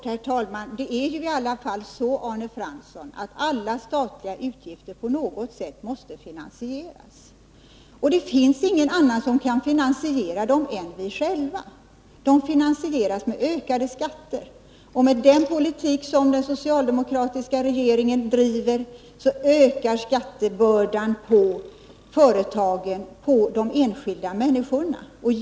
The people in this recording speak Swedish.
Herr talman! Bara kort till Arne Fransson: Det är ju i alla fall så att statliga utgifter på något sätt måste finansieras. Det finns ingen annan som kan finansiera dem än vi själva. De finansieras med ökade skatter. Med den politik som den socialdemokratiska regeringen driver ökar skattebördan på företagen och på de enskilda människorna.